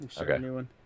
Okay